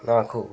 నాకు